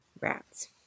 Rats